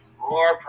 more